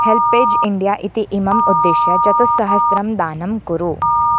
HelpAge India इति इमम् उद्दिश्य चतुस्सहस्रं दानं कुरु